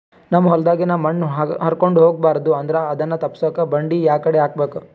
ನಮ್ ಹೊಲದಾಗಿನ ಮಣ್ ಹಾರ್ಕೊಂಡು ಹೋಗಬಾರದು ಅಂದ್ರ ಅದನ್ನ ತಪ್ಪುಸಕ್ಕ ಬಂಡಿ ಯಾಕಡಿ ಹಾಕಬೇಕು?